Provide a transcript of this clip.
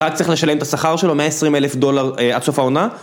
רק צריך לשלם את השכר שלו, 120 אלף דולר עד סוף העונה